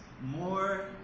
more